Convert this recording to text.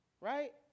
right